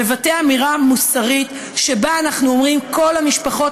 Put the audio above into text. מבטא אמירה מוסרית שבה אנחנו אומרים שכל המשפחות